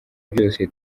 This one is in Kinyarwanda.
byose